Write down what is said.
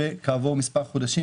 וכעבור מספר חודשים